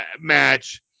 Match